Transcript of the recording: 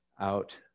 Out